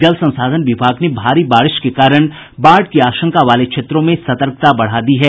जल संसाधन विभाग ने भारी बारिश के कारण बाढ़ की आशंका वाले क्षेत्रों में सतर्कता बढ़ा दी है